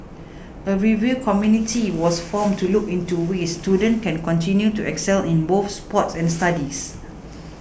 a review community was formed to look into ways students can continue to excel in both sports and studies